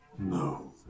No